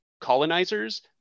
colonizers